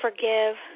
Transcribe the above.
forgive